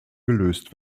gelöst